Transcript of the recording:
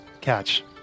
Catch